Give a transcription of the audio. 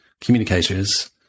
communicators